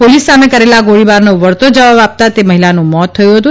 police સામે કરેલા ગોળીબારનો વળતો જવાબ આપતાં તે મહિલાનું મોત થયું હતું